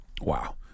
Wow